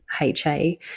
HA